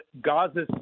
Gaza